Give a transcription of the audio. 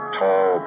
tall